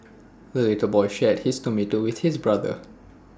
the little boy shared his tomato with his brother